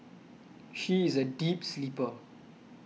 she is a deep sleeper